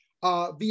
Via